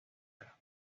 guerras